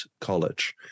college